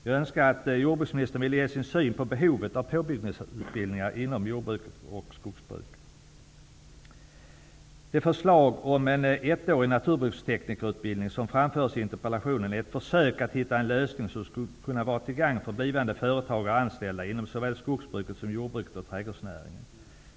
Jag önskar att jordbruksministern ger sin syn på behovet av påbyggnadsutbildningarna inom jordbruk och skogsbruk. ''naturbruksteknikerutbildning'' som framförs i interpellationen är ett försök att hitta en lösning som skulle kunna vara till gagn för blivande företagare och anställda inom såväl skogsbruket som jordbruket och trädgårdsnäringen.